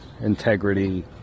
Integrity